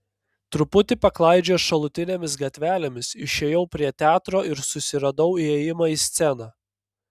truputį paklaidžiojęs šalutinėmis gatvelėmis išėjau prie teatro ir susiradau įėjimą į sceną